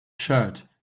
shirt